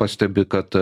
pastebi kad